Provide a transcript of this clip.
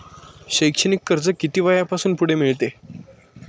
शैक्षणिक कर्ज किती वयापासून पुढे मिळते?